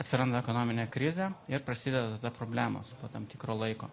atsiranda ekonominė krizė ir prasideda problemos po tam tikro laiko